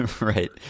Right